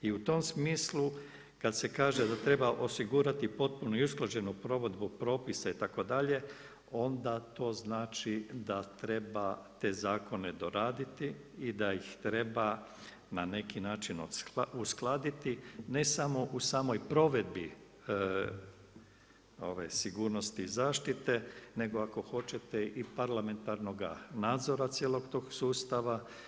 I u tom smislu kad se kaže da treba osigurati potpunu i usklađenu provedbu propisa itd. onda to znači da treba te zakone doraditi i da ih treba na neki način uskladiti ne samo u samoj provedbi sigurnosti i zaštite, nego ako hoćete i parlamentarnoga nadzora cijelog tog sustava.